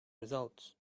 results